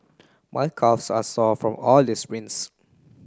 my calves are sore from all the sprints